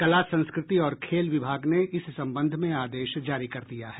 कला संस्कृति और खेल विभाग ने इस संबंध में आदेश जारी कर दिये हैं